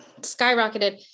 skyrocketed